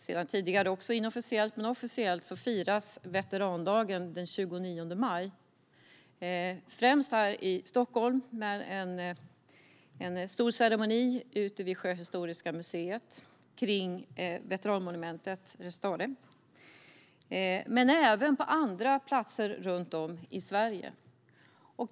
Sedan 2011, tidigare officiellt, firas veterandagen inofficiellt den 29 maj här i Stockholm med en stor ceremoni ute vid Sjöhistoriska museet vid veteranmonumentet Restare. Men den firas även på andra platser runt om i Sverige.